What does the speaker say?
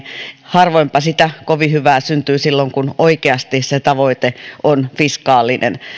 harvoinpa siitä kovin hyvää syntyy kun oikeasti se tavoite on fiskaalinen